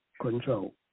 control